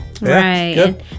right